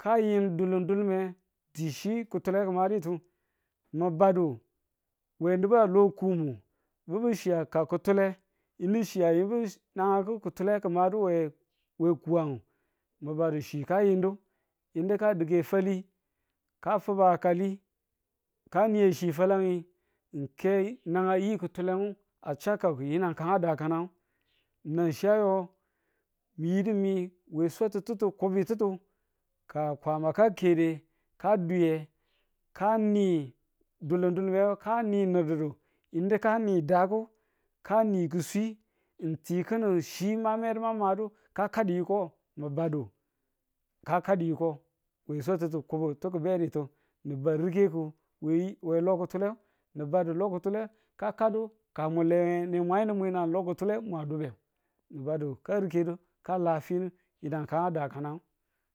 ka yin dulun dulunme ti chi kutule ki maditu mi badu we nubu a lo koomu badu chi a ka kutule yinu chi a yimbu nagangu kutule ki madutu we we ku wang mi badi chi ka yindu yinu ka dikke fali ka fuba kali ka ni chi falange ng ke nangang yi kutulenu a cha kaku yinang kan a dakanang nan chi a yo miyidi mi we swatututu kobo tuttu, ka kwama ka kede ka duye, ka ni dulen dulume ka ni nur di̱ddu yinu ka ni daku ka ni ki̱swe ng ti ki̱nin chi ma medu ma madu ka kadu yiko mi badu, ka kadu yiko we swatututu kobo tu ki̱ beditu. ni̱ ba rikeku we yi we lo kutule. nu badu lo kutule ka kadu ka ng mun leye ne mwa yindu mwi nan lo kutule mwa dube. ni̱ badu ka rikedu ka la finu yinang kan a dakanang.